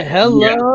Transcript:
Hello